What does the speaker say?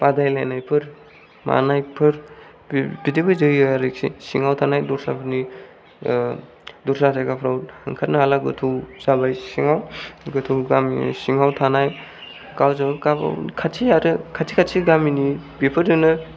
बादायलायनायफोर मानायफोर बिदिबो जायो आरोखि सिङाव थानाय दस्राफोरनि दस्रा जायगाफोराव ओंखारनो हाला गोथौ जाबाय सिङाव गोथौ गामि सिङाव थानाय गावजों गाव खाथि आरो खाथि खाथि गामिनि बेफोरजोंनो